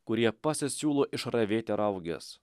kurie pasisiūlo išravėti rauges